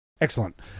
Excellent